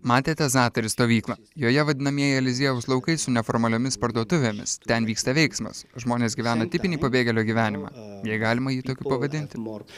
matėte zatari stovyklą joje vadinamieji eliziejaus laukai su neformaliomis parduotuvėmis ten vyksta veiksmas žmonės gyvena tipinį pabėgėlio gyvenimą jei galima jį tokiu pavadinti